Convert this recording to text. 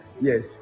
Yes